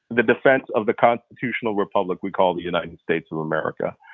the defense of the constitutional republic we call the united states of america.